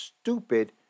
stupid